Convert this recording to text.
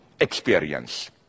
experience